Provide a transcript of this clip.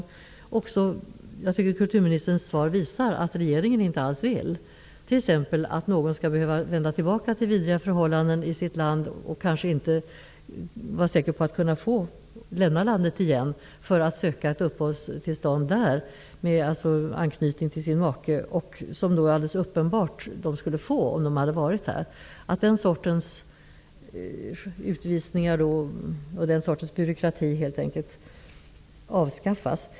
Kulturministerns svar visar att regeringen inte alls vill att någon t.ex. skall behöva vända tillbaka till vidriga förhållanden i sitt hemland -- som han eller hon sedan inte kan vara säker på att kunna lämna -- för att söka ett uppehållstillstånd som det är alldeles uppenbart att han eller hon skulle få. Sådana utvisningar och sådan byråkrati bör helt enkelt avskaffas.